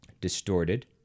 distorted